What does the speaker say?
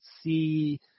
see